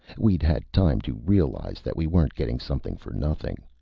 we'd had time to realize that we weren't getting something for nothing.